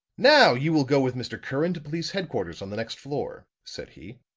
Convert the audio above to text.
now, you will go with mr. curran to police headquarters on the next floor, said he,